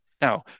Now